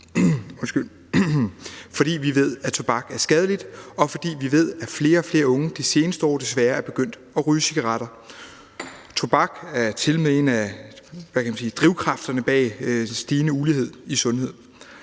fordi vi ved, at tobak er skadeligt, og fordi vi ved, at flere og flere unge i de seneste år desværre er begyndt at ryge cigaretter. Tobak er tilmed en af, hvad kan man sige, drivkræfterne bag den stigende ulighed i sundhed.